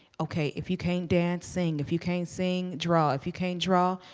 okay, if you can't dance, sing. if you can't sing, draw. if you can't draw,